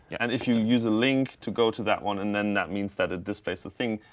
and if you use a link to go to that one, and then that means that it displays the thing.